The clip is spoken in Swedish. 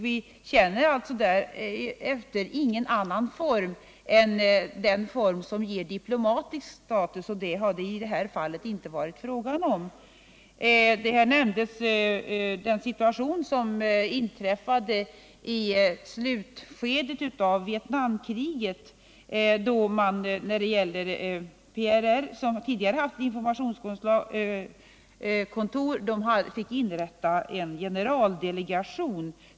Vi har alltså ingen annan form för utländsk representation än den som ger diplomatisk status, och någon sådan har det i detta fall inte varit fråga om. Här nämndes den situation som inträdde i slutskedet av Vietnamkriget, då PRR, som tidigare hade haft informationskontor här, fick inrätta en generaldelegation.